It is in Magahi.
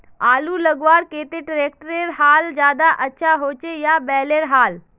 आलूर लगवार केते ट्रैक्टरेर हाल ज्यादा अच्छा होचे या बैलेर हाल?